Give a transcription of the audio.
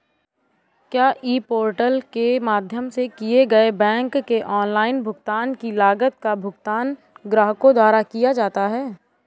क्या e portal के माध्यम से किए गए बैंक के ऑनलाइन भुगतान की लागत का भुगतान ग्राहकों द्वारा किया जाता है?